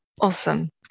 Awesome